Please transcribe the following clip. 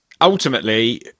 ultimately